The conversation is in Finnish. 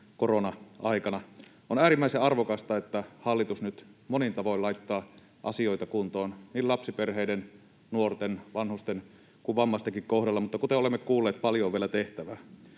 korona-aikana. On äärimmäisen arvokasta, että hallitus nyt monin tavoin laittaa asioita kuntoon niin lapsiperheiden, nuorten, vanhusten kuin vammaistenkin kohdalla. Mutta kuten olemme kuulleet, paljon on vielä tehtävää.